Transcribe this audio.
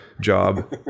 job